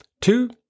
Two